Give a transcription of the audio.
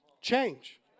Change